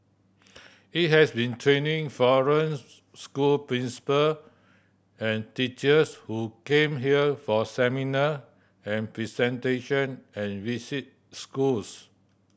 it has been training foreign school principal and teachers who came here for seminar and presentation and visit schools